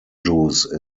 juice